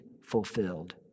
fulfilled